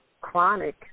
chronic